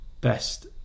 Best